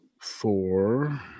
four